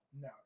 No